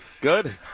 good